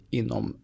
inom